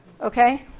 Okay